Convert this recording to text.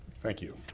thank you.